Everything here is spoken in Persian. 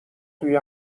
توی